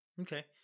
Okay